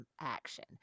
action